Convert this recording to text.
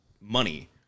money